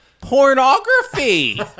Pornography